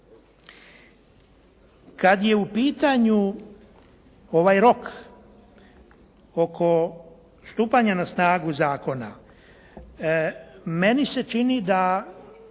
Kad je u pitanju ovaj rok oko stupanja na snagu zakona, meni se čini da